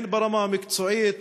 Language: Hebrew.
הן ברמה המקצועית,